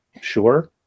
Sure